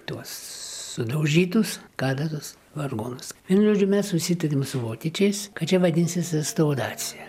tuos sudaužytus katedros vargonus vienu žodžiu mes susitarėm su vokiečiais kad čia vadinsis restauracija